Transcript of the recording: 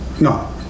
No